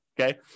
Okay